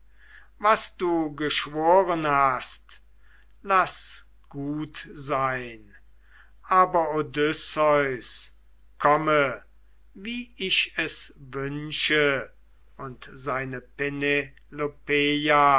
was du geschworen hast laß gut sein aber odysseus komme wie ich es wünsche und seine